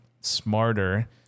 smarter